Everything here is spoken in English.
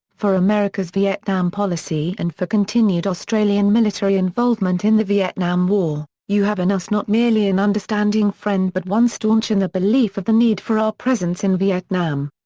for america's vietnam policy and for continued australian military involvement in the vietnam war you have in us not merely an understanding friend but one staunch in the belief of the need for our presence in vietnam.